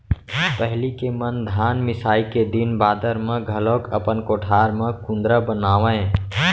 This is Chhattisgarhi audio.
पहिली के मन धान मिसाई के दिन बादर म घलौक अपन कोठार म कुंदरा बनावयँ